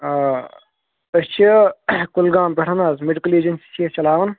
آ أسۍ چھِ کُلگام پٮ۪ٹھ حَظ میڈِکل ایٚجنسی چھِ أسۍ چلاوان